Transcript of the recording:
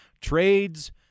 trades